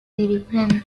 dirigentes